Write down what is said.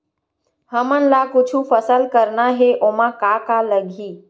हमन ला कुछु फसल करना हे ओमा का का लगही?